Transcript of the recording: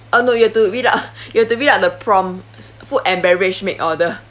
oh no you have to read out you have to read out the prompt food and beverage make order